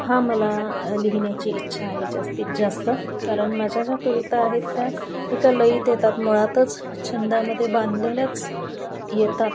हा मला लिहिण्याची इच्छा आहे जास्तीत जास्त कारण माझ्या ज्या कविता आहेत त्या एका लईत येतात मुळातच छंदामध्ये बांधलेल्याच येतात